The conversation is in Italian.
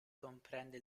comprende